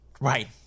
Right